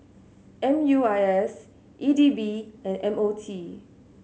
M U I S E D B and M O T